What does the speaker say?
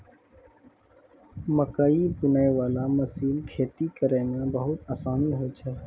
मकैइ बुनै बाला मशीन खेती करै मे बहुत आसानी होय छै